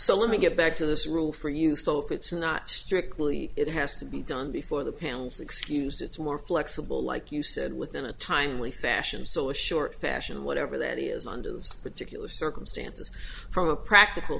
so let me get back to this rule for you so if it's not strictly it has to be done before the panels excuse it's more flexible like you said with in a timely fashion so a short fashion whatever that is under this particular circumstances from a practical